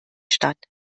statt